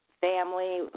family